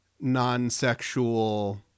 non-sexual